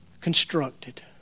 constructed